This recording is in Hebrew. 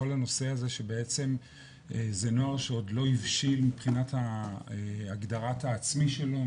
כול הנושא הזה שבעצם זה נוער שהוא עוד לא הבשיל מבחינת הגדרת העצמי שלו,